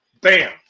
Bam